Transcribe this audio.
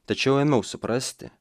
tačiau ėmiau suprasti